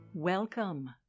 Welcome